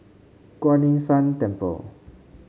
Kuan Yin San Temple